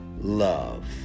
love